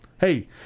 hey